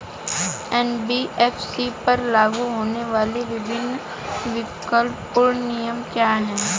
NBFC पर लागू होने वाले विभिन्न विवेकपूर्ण नियम क्या हैं?